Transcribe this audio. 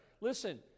Listen